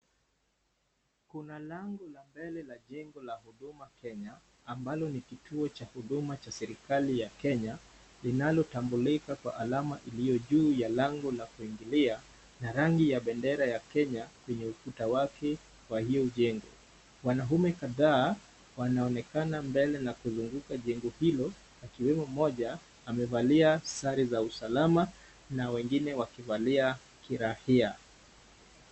kuna lango la mbele la jengo la huduma Kenya ambalo ni kituo cha huduma cha serikali ya Kenya linalotambulika kwa alama iliyojuu ya lango la kuingilia na rangi ya bendera ya Kenya kwenye ukuta wake wa hio jengo. Wanaume kadhaa wanaonekana mbele na kuzunguka jengo hilo akiwemo mmoja amevalia sare za usalama na wengine wakivalia kiraia.